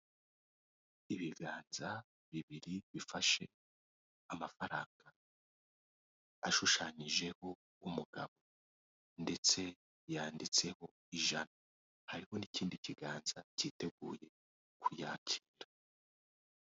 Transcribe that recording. Ibiganza bibiri bifashe amafaranga ashushanyijeho umugabo ndetse yanditseho ijana hari n'ikindi kiganza kiteguye kuyakira.